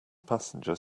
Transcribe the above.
passenger